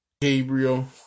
Gabriel